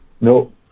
No